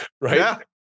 Right